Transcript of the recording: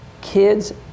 kids